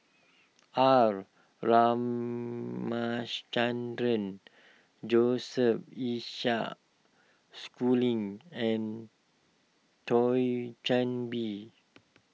R Ramaschandran Joseph Isaac Schooling and Thio Chan Bee